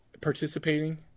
participating